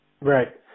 Right